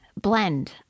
blend